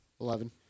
Eleven